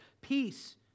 Peace